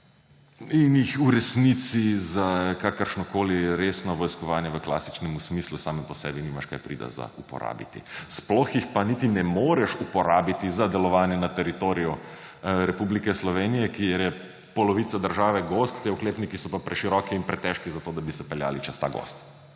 in jih v resnici za kakršnokoli resno vojskovanje v klasičnemu smislu same po sebi nimaš kaj prida za uporabiti. Sploh jih pa niti ne moreš uporabiti za delovanje na teritoriju Republike Slovenije, kjer je polovica države gozd, ti oklepniki so pa preširoki in pretežki za to, da bi se peljali čez ta gozd,